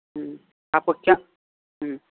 ہوں آپ کو کیا ہوں